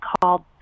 called